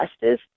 justice